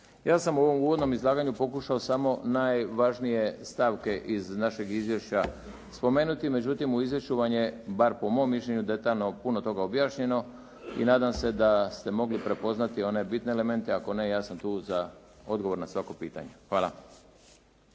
Ja sam u ovom uvodnom izlaganju pokušao samo najvažnije stavke iz našeg izvješća spomenuti. Međutim, u izvješću vam je bar po mom mišljenju detaljno puno toga objašnjeno i nadam se da ste mogli prepoznati one bitne elemente. Ako ne, ja sam tu za odgovor na svako pitanje. Hvala.